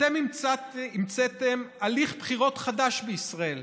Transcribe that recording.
אתם המצאתם הליך בחירות חדש בישראל,